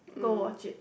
go watch it